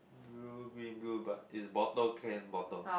blue green blue but it's bottle can bottle